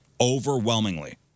Overwhelmingly